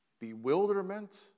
bewilderment